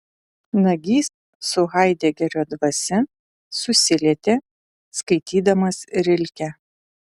nagys su haidegerio dvasia susilietė skaitydamas rilkę